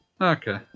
Okay